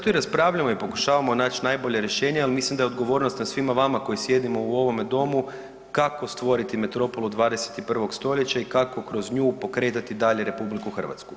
Zato i raspravljamo i pokušavamo naći najbolje rješenje, ali mislim da je odgovornost na svima vama koji sjedimo u ovome Domu, kako stvoriti metropolu 21. st. i kako kroz nju pokretati dalje RH.